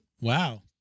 Wow